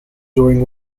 during